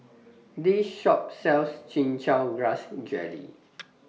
This Shop sells Chin Chow Grass Jelly